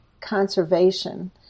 conservation